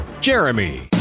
Jeremy